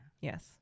Yes